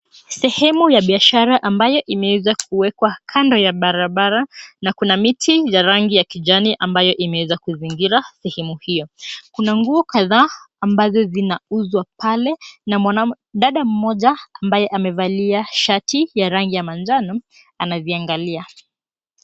Sehemu ya biashara ambayo imeweza kuwekwa kando ya barabara na kuna miti ya rangi ya kijani ambayo imeweza kuzingira sehemu hiyo. Kuna nguo kadhaa ambazo zinauzwa pale na mwanadada mmoja ambaye amevalia shati ya rangi ya manjano anaviangalia.